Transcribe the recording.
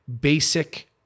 basic